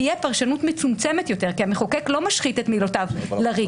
תהיה פרשנות מצומצמת יותר כי המחוקק לא משחית את מילותיו לריק.